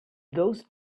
those